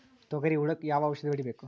ತೊಗರಿ ಹುಳಕ ಯಾವ ಔಷಧಿ ಹೋಡಿಬೇಕು?